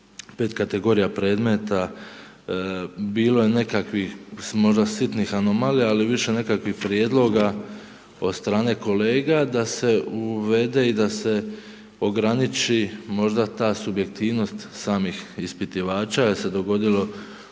5 kategorija predmeta, bilo je kakvih možda sitnih anomalija, ali više nekakvih prijedloga od strane kolega da se uvede i da se ograniči možda ta subjektivnost samih ispitivača jer se dogodilo u